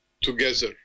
together